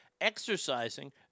exercising